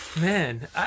man